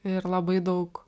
ir labai daug